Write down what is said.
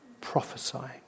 Prophesying